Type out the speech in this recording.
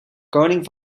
koning